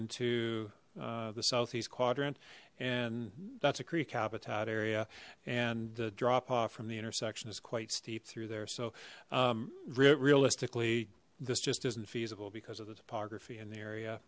into the southeast quadrant and that's a creek habitat area and the drop off from the intersection is quite steep through there so realistically this just isn't feasible because of the